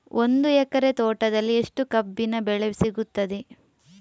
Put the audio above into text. ಒಂದು ಎಕರೆ ತೋಟದಲ್ಲಿ ಎಷ್ಟು ಕಬ್ಬಿನ ಬೆಳೆ ಸಿಗುತ್ತದೆ?